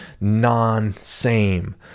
non-same